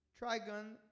trigon